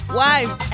wives